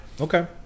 Okay